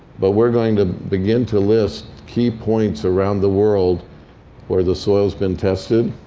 but we're going to begin to list key points around the world where the soil's been tested.